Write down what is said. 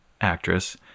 actress